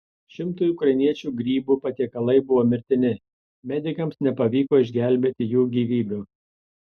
šimtui ukrainiečių grybų patiekalai buvo mirtini medikams nepavyko išgelbėti jų gyvybių